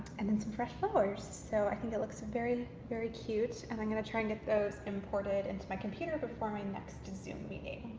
and then some fresh flowers so i think it looks very, very cute and i'm gonna try and get those imported into my computer before my next zoom meeting.